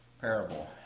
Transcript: parable